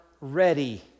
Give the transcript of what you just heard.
ready